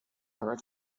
her